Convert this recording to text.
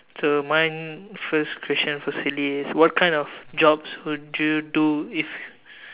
so mine first question for silly is what kind of jobs would you do if